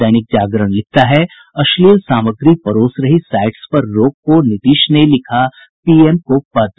दैनिक जागरण लिखता है अश्लील सामग्री परोस रही साइट्स पर रोक को नीतीश ने लिखा पीएम को पत्र